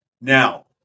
Now